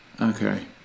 Okay